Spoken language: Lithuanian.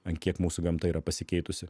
ant kiek mūsų gamta yra pasikeitusi